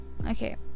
okay